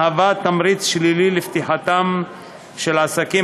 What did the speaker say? מהווה תמריץ שלילי לפתיחתם של עסקים